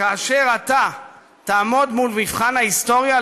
כאשר אתה תעמוד מול מבחן ההיסטוריה,